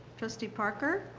trustee parker?